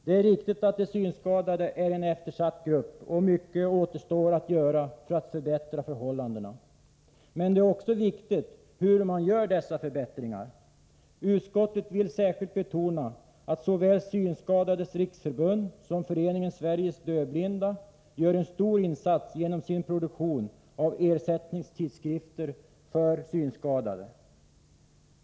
Det är riktigt att de synskadade är en eftersatt grupp. Mycket återstår att göra för att förbättra förhållandena, men det är också viktigt hur dessa förbättringar görs. Utskottet vill särskilt betona att såväl Synskadades riksförbund som Föreningen Sveriges dövblinda gör en stor insats genom sin produktion av ersättningstidskrifter för synskadade.